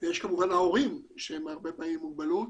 ויש גם הורים עם מוגבלות.